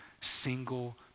single